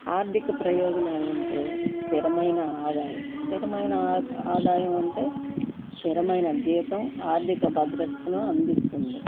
ఆర్థిక ప్రయోజనాలు అంటే స్థిరమైన ఆదాయం స్థిరమైన ఆదాయం అంటే స్థిరమైన జీతం ఆర్థిక భద్రతను అందిస్తుంది